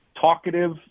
talkative